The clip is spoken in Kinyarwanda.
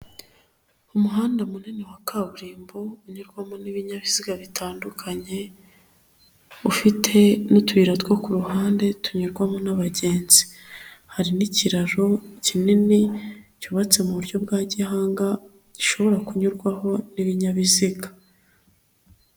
Umuhanda munini wa kaburimbo unyurwamo n'ibinyabiziga bitandukanye ufite n'utuyira two ku ruhande tunyurwamo n'abagenzi, hari n'ikiraro kinini cyubatse mu buryo bwa gihanga gishobora kunyurwaho n'ibinyabiziga.